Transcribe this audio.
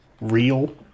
real